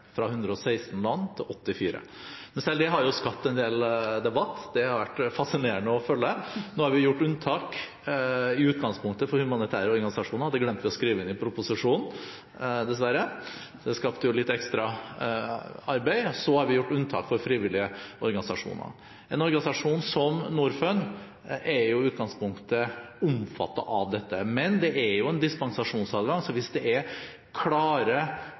fra 116 land til 84 land. Men selv det har skapt en del debatt – den har det vært fascinerende å følge. Vi har i utgangspunktet gjort unntak for humanitære organisasjoner. Det glemte vi dessverre å skrive inn i proposisjonen. Det skapte litt ekstra arbeid. Så har vi gjort unntak for frivillige organisasjoner. En organisasjon som Norfund er i utgangspunktet omfattet av dette, men det er en dispensasjonsadgang. Hvis det er klare